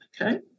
okay